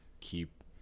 keep